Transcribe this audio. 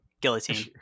guillotine